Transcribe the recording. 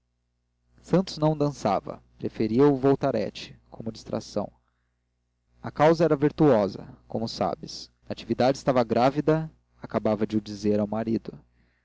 santos não dançava preferia o voltarete como distração a causa era virtuosa como sabes natividade estava grávida acabava de o dizer ao marido